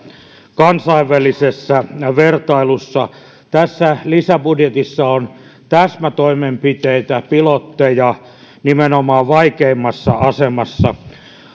kansainvälisessä vertailussa tässä lisäbudjetissa on täsmätoimenpiteitä pilotteja nimenomaan vaikeimmassa asemassa